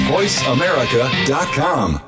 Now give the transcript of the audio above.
VoiceAmerica.com